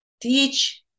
teach